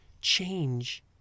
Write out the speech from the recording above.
change